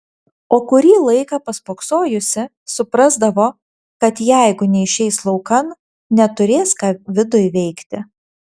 o kurį laiką paspoksojusi suprasdavo kad jeigu neišeis laukan neturės ką viduj veikti